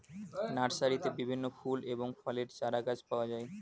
নার্সারিতে বিভিন্ন ফুল এবং ফলের চারাগাছ পাওয়া যায়